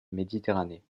méditerranée